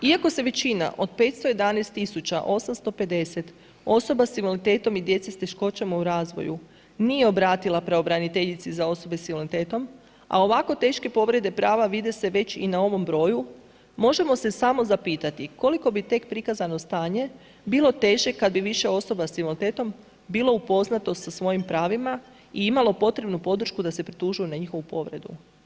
Iako se većina od 511 tisuća 850 osoba s invaliditetom i djece s teškoćama u razvoju nije obratila Pravobraniteljici za osobe s invaliditetom, a ovako teške povrede prava vide se već i na ovom broju, možemo se samo zapitati koliko bi tek prikazano stanje bilo teže kad bi više osoba s invaliditetom bilo upoznato sa svojim pravima i imalo potrebnu podršku da se pritužuju na njihovu povredu.